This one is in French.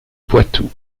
poitou